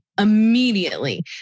immediately